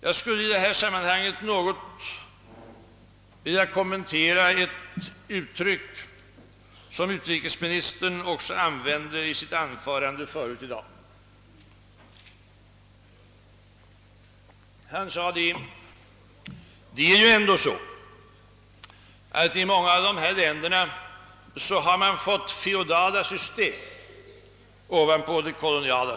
Jag skulle i detta sammanhang vilja kommentera ett uttryck som utrikesministern använde i sitt anförande tidigare i dag. Han sade att det ändå är så, att det i många av dessa länder uppstått feodala system efter de koloniala.